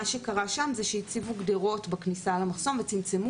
מה שקרה שם זה שהציבו גדרות בכניסה למחסום ולמעשה צמצמו